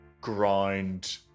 grind